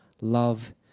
Love